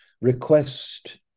request